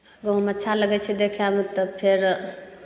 गहूॅंम अच्छा लगै छै देखैमे तऽ फेर